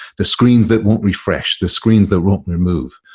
the screens that won't refresh, the screens that won't remove.